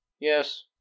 Yes